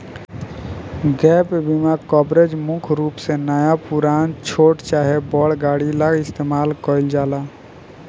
gap बीमा coverage मुख्य रूप से नया पुरान, छोट चाहे बड़ गाड़ी ला इस्तमाल कईल जाला